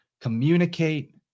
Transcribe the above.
communicate